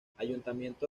ayuntamiento